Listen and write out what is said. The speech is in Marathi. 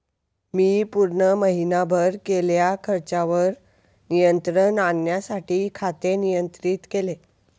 मी पूर्ण महीनाभर केलेल्या खर्चावर नियंत्रण आणण्यासाठी खाते नियंत्रित केले